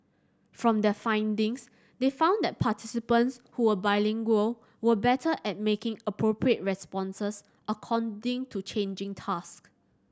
from their findings they found that participants who were bilingual were better at making appropriate responses according to changing task